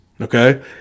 Okay